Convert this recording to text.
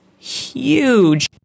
huge